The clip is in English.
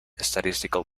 statistical